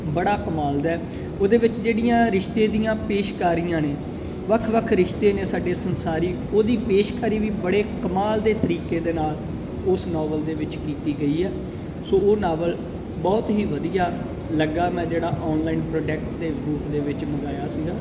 ਬੜਾ ਕਮਾਲ ਦਾ ਉਹਦੇ ਵਿੱਚ ਜਿਹੜੀਆਂ ਰਿਸ਼ਤੇ ਦੀਆਂ ਪੇਸ਼ਕਾਰੀਆਂ ਨੇ ਵੱਖ ਵੱਖ ਰਿਸ਼ਤੇ ਨੇ ਸਾਡੇ ਸੰਸਾਰੀ ਉਹਦੀ ਪੇਸ਼ਕਾਰੀ ਵੀ ਬੜੇ ਕਮਾਲ ਦੇ ਤਰੀਕੇ ਦੇ ਨਾਲ ਉਸ ਨੋਵਲ ਦੇ ਵਿੱਚ ਕੀਤੀ ਗਈ ਹੈ ਸੋ ਉਹ ਨਾਵਲ ਬਹੁਤ ਹੀ ਵਧੀਆ ਲੱਗਾ ਮੈਂ ਜਿਹੜਾ ਔਨਲਾਈਨ ਪ੍ਰੋਡਕਟ ਦੇ ਰੂਪ ਦੇ ਵਿੱਚ ਮੰਗਵਾਇਆ ਸੀਗਾ